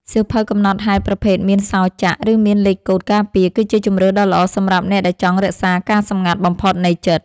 សៀវភៅកំណត់ហេតុប្រភេទមានសោរចាក់ ឬមានលេខកូដការពារ គឺជាជម្រើសដ៏ល្អសម្រាប់អ្នកដែលចង់រក្សាការសម្ងាត់បំផុតនៃចិត្ត។